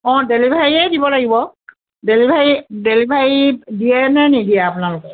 অঁ ডেলিভাৰীয়ে দিব লাগিব ডেলিভাৰী ডেলিভাৰী দিয়ে নে নিদিয়ে আপোনালোকে